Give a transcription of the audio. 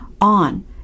on